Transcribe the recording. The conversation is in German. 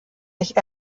sich